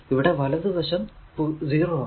ഇവിടെ വലതു വശം 0 ആണ്